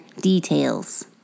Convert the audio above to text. details